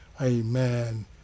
Amen